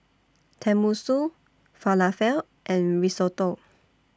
Tenmusu Falafel and Risotto